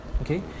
Okay